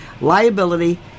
liability